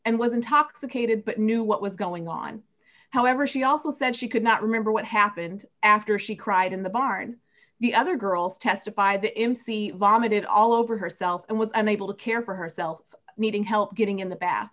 and was intoxicated but knew what was going on however she also said she could not remember what happened after she cried in the barn the other girls testify the insee vomited all over herself and was unable to care for herself needing help getting in the bath